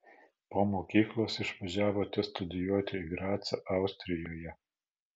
po mokyklos išvažiavote studijuoti į gracą austrijoje